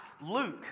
Luke